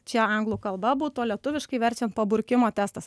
čia anglų kalba butų o lietuviškai verčiant paburkimo testas